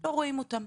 לא רואים אותן.